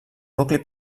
nucli